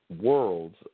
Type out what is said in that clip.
worlds